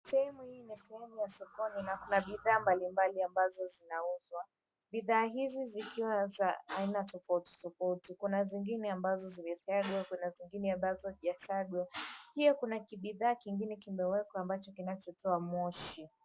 Sehemu ni sehemu ya sokoni na kuna bidhaa mbalimbali ambazo zinauzwa. Bidhaa hizi zikiwa za aina tofauti tofauti, kuna zingine ambazo zimesiagwa kuna zingine ambazo hazijasagwa. Pia kuna kibidhaa kingine kimewekwa ambacho kinachotoa moshi.